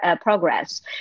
progress